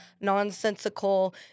nonsensical